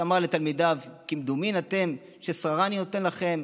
שאמר לתלמידיו: "כמדומין אתם ששררה אני נותן לכם,